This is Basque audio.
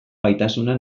gaitasuna